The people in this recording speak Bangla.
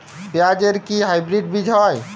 পেঁয়াজ এর কি হাইব্রিড বীজ হয়?